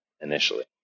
initially